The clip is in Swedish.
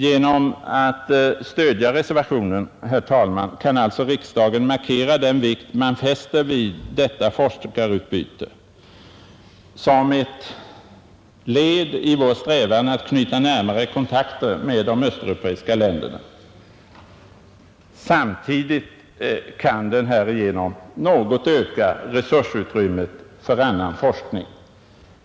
Genom att stödja reservationen 2, herr talman, kan alltså riksdagen markera den vikt den fäster vid detta forskarutbyte som ett led i vår strävan att knyta närmare kontakter med de östeuropeiska länderna. Samtidigt kan den härigenom något öka resursutrymmet för annan forskning.